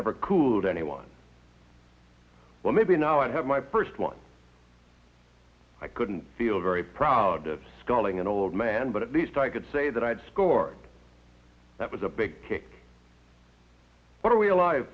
never cooled anyone well maybe now i have my first one i couldn't feel very proud of sculling an old man but at least i could say that i had scored that was a big kick what are we alive